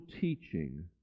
teaching